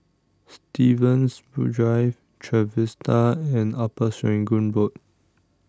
Stevens Drive Trevista and Upper Serangoon Road